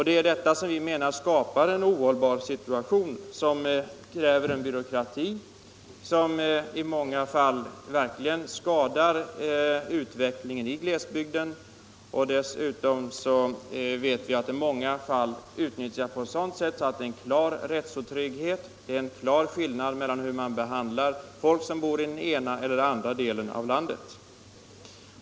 Det är detta som enligt vår mening skapar en ohållbar situation, vilket kräver en byråkrati som i många fall verkligen skadar utvecklingen i glesbygderna. Dessutom vet vi att den i många fall utnyttjas på ett sådant sätt att det är en klar rättsotrygghet, en klar skillnad mellan hur man behandlar folk som bor i den ena och i den andra delen av landet.